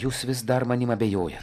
jūs vis dar manim abejoja